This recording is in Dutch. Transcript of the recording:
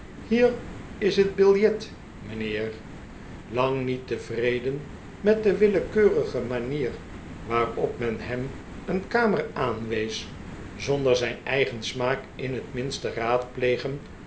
hier is het biljet mijnheer lang niet tevreden met de willekeurige manier waarop men hem een kamer aanwees zonder zijn eigen smaak in het minst te raadplegen